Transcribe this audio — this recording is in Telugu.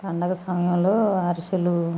పండగ సమయంలో అరిసెలు